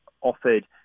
offered